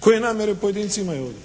koje namjere pojedinci imaju ovdje,